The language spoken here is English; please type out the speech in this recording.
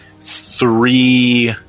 three